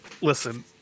Listen